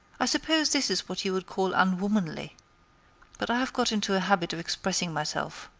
i suppose this is what you would call unwomanly but i have got into a habit of expressing myself.